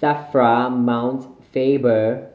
SAFRA Mount Faber